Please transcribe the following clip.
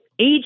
age